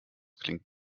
klingt